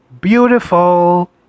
beautiful